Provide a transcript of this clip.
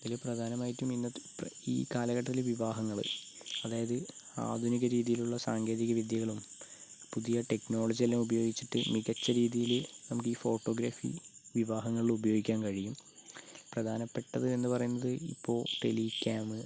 ഇതിൽ പ്രധാനമായിട്ടും ഇന്നത്തെ ഈ കാലഘട്ടത്തിലെ വിവാഹങ്ങൾ അതായത് ആധുനിക രീതിയിലുള്ള സാങ്കേതിക വിദ്യകളും പുതിയ ടെക്നോളജിയെല്ലാം ഉപയോഗിച്ചിട്ട് മികച്ച രീതിയിൽ നമുക്ക് ഈ ഫോട്ടോഗ്രാഫി വിവാഹങ്ങളിൽ ഉപയോഗിക്കാന് കഴിയും പ്രധാനപ്പെട്ടത് എന്ന് പറയുന്നത് ഇപ്പോൾ ടെലി കേം